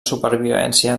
supervivència